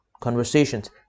conversations